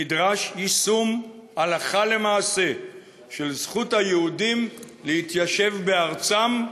נדרש יישום הלכה למעשה של זכות היהודים להתיישב בארצם,